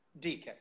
DK